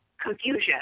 confusion